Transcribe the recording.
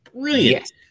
brilliant